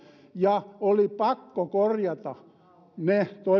ja oli pakko korjata